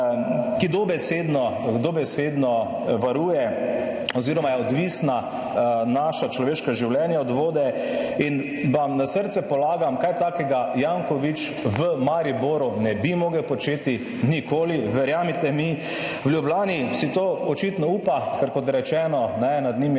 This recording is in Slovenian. dobesedno varuje oziroma je odvisna naša človeška življenja od vode. In vam na srce polagam, kaj takega Janković v Mariboru ne bi mogel početi nikoli, verjemite mi. V Ljubljani si to očitno upa, ker, kot rečeno, nad njim